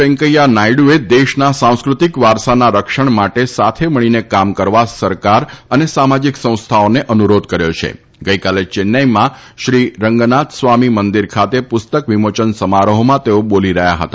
વેંકૈથા નાયડુએ દેશના સાંસ્ક્રતિક વારસાના રક્ષણ માટે સાથામળીના કામ કરવા સરકાર અનાસામાજીક સંસ્થાઓનાઅનુરીધ કર્યો છા ગઇકાલ ચજ્ઞાઇમાં શ્રી રંગનાથ સ્વામી મંદિર ખાત પુસ્તક વિમોચન સમારોહમાં તશ્રો બોલી રહ્યા હતા